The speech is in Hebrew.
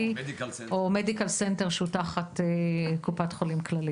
או מדיקל סנטר שהוא תחת קופת חולים כללית.